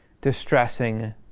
distressing